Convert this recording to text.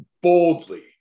boldly